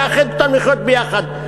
לאחד אותם לחיות ביחד.